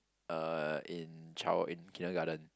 uh in child in kindergarten